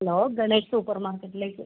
hello Ganesh super മാർക്കറ്റിലേക്ക്